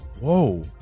Whoa